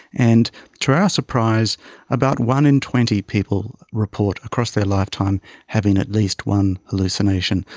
and to our surprise about one in twenty people report across their lifetime having at least one hallucination.